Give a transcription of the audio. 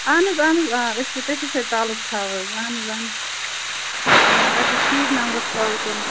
اَہَن حَظ اَہَن حَظ آ أسۍ چھِ تٔتھی سۭتۍ تعلُق تھاوان اَہَن حَظ اَہَن حَظ تۄہہِ چھُو ٹھیٖک نمبرس کال کوٚرمُت